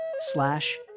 slash